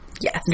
Yes